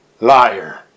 liar